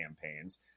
campaigns